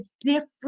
different